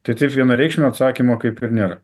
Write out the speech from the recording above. tai taip vienareikšmio atsakymo kaip ir nėra